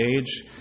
age